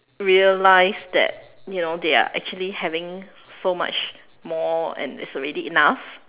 realize that you know they are actually having so much more and it's already enough